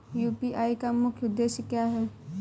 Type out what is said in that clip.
UPI का मुख्य उद्देश्य क्या है?